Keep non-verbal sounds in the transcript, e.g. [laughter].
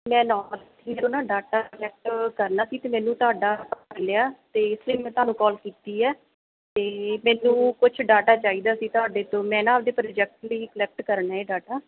[unintelligible] ਮੈਂ ਨਾ data collect ਕਰਨਾ ਸੀ ਅਤੇ ਮੈਨੂੰ [unintelligible] ਤੁਹਾਡਾ ਮਿਲਿਆ ਤਾਂ ਮੈਂ ਤੁਹਾਨੂੰ ਕਾਲ ਕੀਤੀ ਹੈ ਅਤੇ ਮੈਨੂੰ ਕੁਝ ਡਾਟਾ ਚਾਹੀਦਾ ਸੀ ਤੁਹਾਡੇ ਤੋਂ ਮੈਂ ਨਾ ਆਪਣੇ ਪ੍ਰੋਜੈਕਟ ਲਈ ਕੁਲੈਕਟ ਕਰਨਾ ਇਹ ਡਾਟਾ